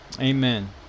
Amen